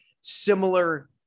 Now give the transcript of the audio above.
similar